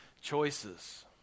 choices